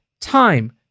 time